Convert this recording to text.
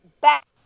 back